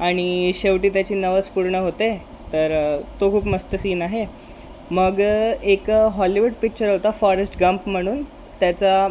आणि शेवटी त्याची नवस पूर्ण होते तर तो खूप मस्त सीन आहे मग एक हॉलिवूड पिक्चर होता फॉरेस्ट गम्प म्हणून त्याचा